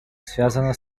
связана